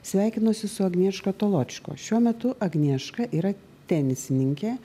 sveikinuosi su agnieška toločko šiuo metu agnieška yra tenisininkė